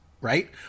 right